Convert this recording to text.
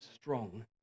strong